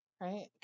right